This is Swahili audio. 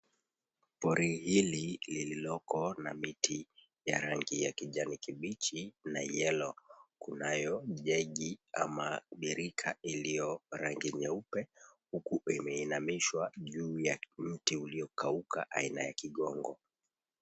Pori hili lililoko na miti ya rangi ya kijani kibichi na yellow kunayo jegi ama birika iliyo rangi nyeupe huku imeinamishwa juu yake mti uliyokauka aina ya kigongo.